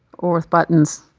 or with buttons,